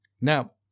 Now